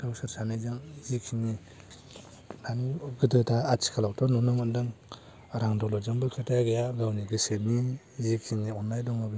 गावसोर सानैजों जिखिनि आथिखालावथ' नुनो मोनदों रां दौलदजों खोथा गैया गावनि गोसोनि जिखिनि अननाय दं बेफोरखौ